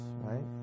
right